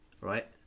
Right